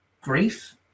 grief